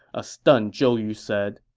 a stunned zhou yu said